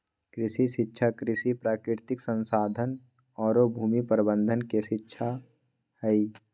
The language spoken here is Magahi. कृषि शिक्षा कृषि, प्राकृतिक संसाधन औरो भूमि प्रबंधन के शिक्षा हइ